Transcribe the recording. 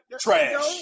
Trash